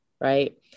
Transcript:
right